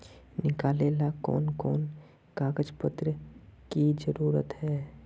निकाले ला कोन कोन कागज पत्र की जरूरत है?